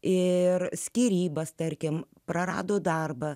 ir skyrybas tarkim prarado darbą